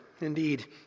indeed